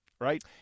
Right